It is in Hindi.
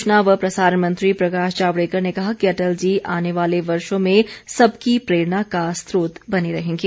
सूचना व प्रसारण मंत्री प्रकाश जावड़ेकर ने कहा कि अटल जी आने वाले वर्षों में सबकी प्रेरणा का स्रोत बने रहेंगे